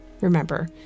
remember